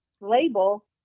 label